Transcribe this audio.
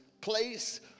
place